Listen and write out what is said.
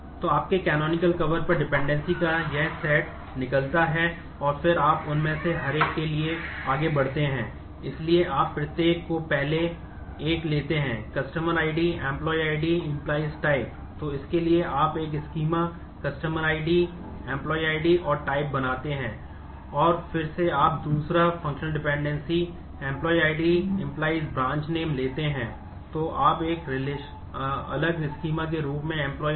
तो आपके canonical cover उत्पन्न करेंगे